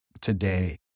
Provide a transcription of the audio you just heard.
today